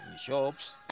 shops